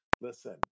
Listen